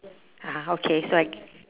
ah okay so I